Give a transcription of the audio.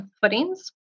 footings